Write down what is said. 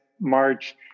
March